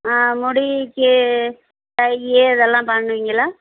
ஆ முடிக்கி கை இதெல்லாம் பண்ணுவீங்களா